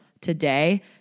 today